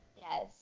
Yes